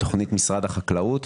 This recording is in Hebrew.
תכנית משרד החקלאות,